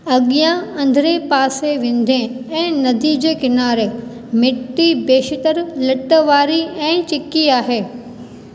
अॻियां अंदरि पासे वेंदे ऐं नदी जे किनारे मिट्टी बेशितरु लट वारी ऐं चिकी आहे